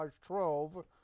trove